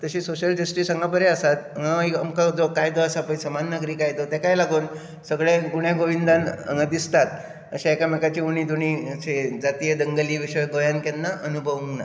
तशी social justice हांगा बरी आसात हांगा आमकां चो कायदो आसा पळय समान नाग्री कायदो तेकाय लागून सगळ्या गुण्या गोविंदान हांगा दिसतात अशी एका मेकाची उणी धोणी अशी जातीय दंगली गोंयान केन्ना अणभवूंक ना